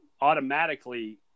automatically